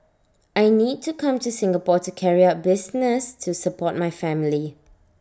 I need to come to Singapore to carry out business to support my family